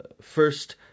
first